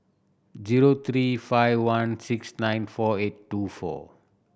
zero three five one six nine four eight two four